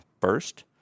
first